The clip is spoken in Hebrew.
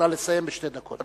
נא לסיים בשתי דקות.